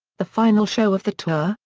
the final show of the tour,